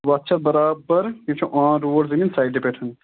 وَتھ چھےٚ برابر یہِ چھُ آن روڈ زٔمیٖن سایٹہِ پٮ۪ٹھ